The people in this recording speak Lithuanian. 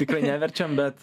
tikrai neverčiam bet